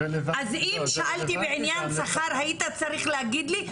אז אם שאלתי בעניין שכר היית צריך להגיד לי,